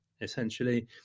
essentially